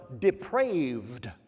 depraved